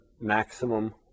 maximum